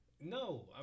no